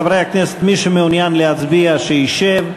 חברי הכנסת, מי שמעוניין להצביע, שישב.